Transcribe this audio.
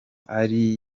ari